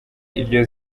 iryo